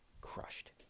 crushed